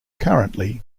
currently